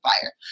fire